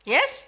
Yes